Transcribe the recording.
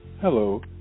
hello